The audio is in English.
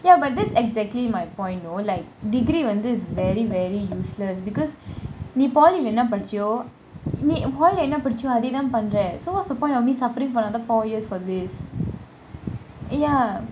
ya but that's exactly my point you know like degree வந்து :vanthu is very very useless because நீ :nee poly~ என்ன படிச்சியோ நீ :ena padichiyo nee poly~ என்ன படிச்சியோ அதே தான் பண்ற :ena padichiyo athey thaan panra so what's the point of me suffering for another four years for this ya